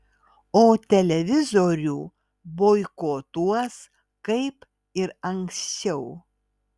o televizorių boikotuos kaip ir anksčiau